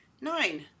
nine